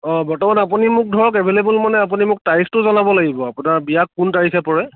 অঁ বৰ্তমান আপুনি মোক ধৰক এভেইলেবল মানে আপুনি মোক তাৰিখটো জনাব লাগিব আপোনাৰ বিয়া কোন তাৰিখে পৰে